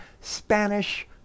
Spanish